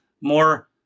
more